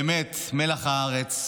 באמת, מלח הארץ.